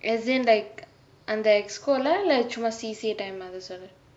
as in like அந்த:antha executive committee லே இல்லே சும்மா:lae illae cumma C_C_A time அதா சொல்ரீங்களா:atha sollringalaa